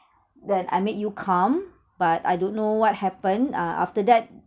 that I made you calm but I don't know what happened uh after that